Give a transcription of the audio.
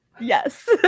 yes